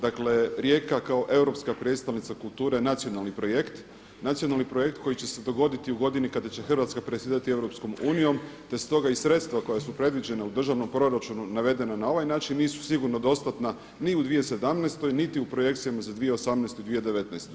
Dakle, Rijeka kao europska prijestolnica kulture nacionalni projekt, nacionalni projekt koji će se dogoditi u godini kada će Hrvatska predsjedati EU da stoga i sredstva koja su predviđena u državnom proračunu navedena na ovaj način nisu sigurno dostatna ni u 2017. niti u projekcijama za 2018. i 2019.